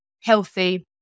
healthy